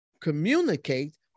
communicate